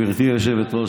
גברתי היושבת-ראש,